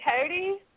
Cody